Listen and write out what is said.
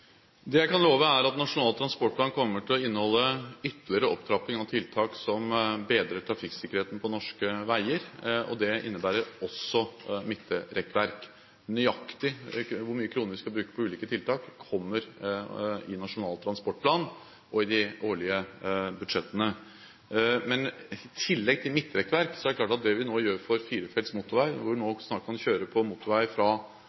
Det jeg kan love, er at Nasjonal transportplan kommer til å inneholde ytterligere opptrapping av tiltak som bedrer trafikksikkerheten på norske veier. Det innebærer også midtrekkverk. Nøyaktig hvor mange kroner vi skal bruke på ulike tiltak, kommer i Nasjonal transportplan og i de årlige budsjettene. I tillegg til midtrekkverk er det klart at det vi nå gjør for firefelts motorvei, hvor man snart kan kjøre på motorvei fra